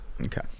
Okay